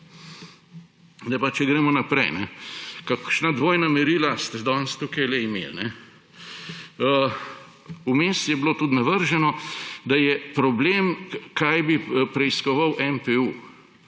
Če gremo naprej, kakšna dvojna merila ste danes tukaj imeli. Vmes je bilo tudi navrženo, da je problem, kaj bi preiskoval NPU.